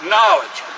Knowledge